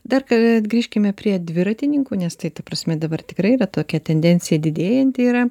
dar kartą grįžkime prie dviratininkų nes tai ta prasme dabar tikrai yra tokia tendencija didėjanti yra